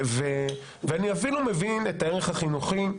אני אפילו מבין את הערך החינוכי.